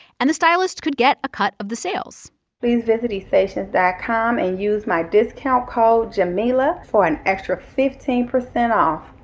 and the stylist could get a cut of the sales please visit essations dot com and use my discount code, jamila, for an extra fifteen percent off.